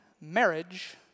marriage